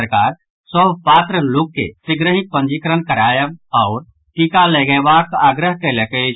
सरकार सभ पात्र लोक के शीघ्रहि पंजीकरण करायब आओर टीका लगयबाक आग्रह कयलक अछि